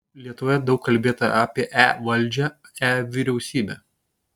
lietuvoje daug kalbėta apie e valdžią e vyriausybę